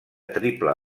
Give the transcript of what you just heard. triple